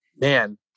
Man